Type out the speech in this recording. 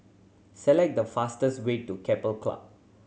select the fastest way to Keppel Club